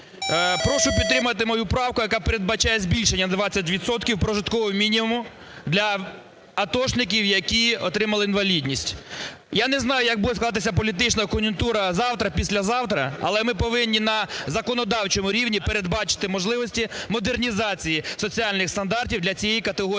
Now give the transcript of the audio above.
Прошу підтримати мою правку, яка передбачає збільшення на 20 відсотків прожиткового мінімуму для атошників, які отримали інвалідність. Я не знаю, як буде складатися політична кон'юнктура завтра, післязавтра, але ми повинні на законодавчому рівні передбачити можливості модернізації соціальних стандартів для цієї категорії